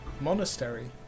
monastery